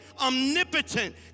omnipotent